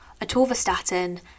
atorvastatin